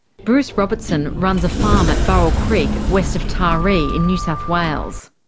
bruce robertson runs a farm at burrell creek, west of taree, in new south wales.